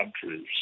countries